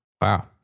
Wow